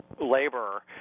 labor